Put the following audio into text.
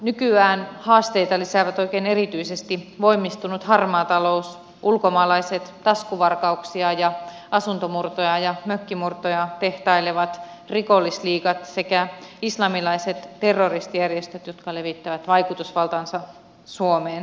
nykyään haasteita lisäävät oikein erityisesti voimistunut harmaa talous ulkomaalaiset taskuvarkauksia ja asuntomurtoja ja mökkimurtoja tehtailevat rikollisliigat sekä islamilaiset terroristijärjestöt jotka levittävät vaikutusvaltaansa suomeen